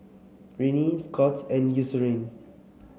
Rene Scott's and Eucerin